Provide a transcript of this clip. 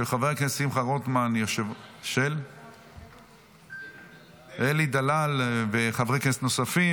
של אלי דלל וחברי כנסת נוספים,